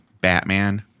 Batman